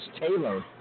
Taylor